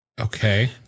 Okay